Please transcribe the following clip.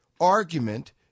argument